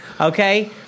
Okay